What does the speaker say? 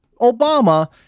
obama